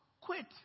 Quit